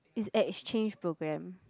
is exchange program